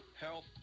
health